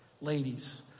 Ladies